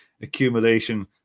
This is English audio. accumulation